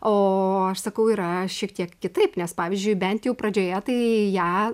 o aš sakau yra šiek tiek kitaip nes pavyzdžiui bent jau pradžioje tai ją